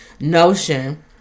notion